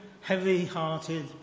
heavy-hearted